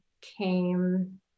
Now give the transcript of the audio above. came